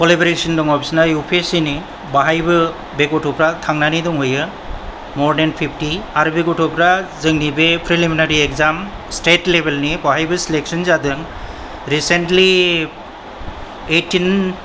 collaboration दङ बिसिना U P S C नि बाहायबो बे गथ'फ्रा थांनानै दंहैयो मर देन फिवटि आरो बे गथ'फ्रा जोंनि बे प्रिलिमिनारि एग्जाम स्टेट लेवेलनि बाहायबो सेलेकशन जादों रिसेन्टलि ऐटिन